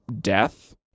death